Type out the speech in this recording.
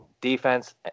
defense